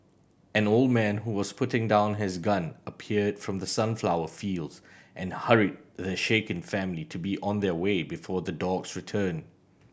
an old man who was putting down his gun appeared from the sunflower fields and hurried the shaken family to be on their way before the dogs return